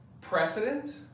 precedent